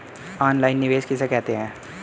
Online निवेश किसे कहते हैं?